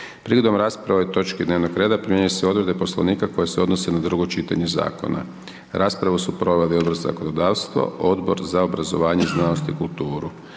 Prigodom rasprave o ovoj točki dnevnog reda primjenjuju se odredbe poslovnika koje se odnose na drugo čitanje zakona. Raspravu su proveli Odbor za zakonodavstvo, Odbor za zaštitu